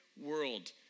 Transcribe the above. world